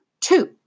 Two